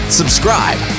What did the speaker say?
subscribe